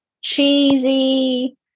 cheesy